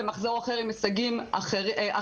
ומחזור אחר עם הישגים אחרים.